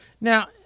Now